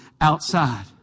outside